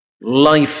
life